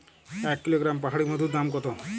এক কিলোগ্রাম পাহাড়ী মধুর দাম কত?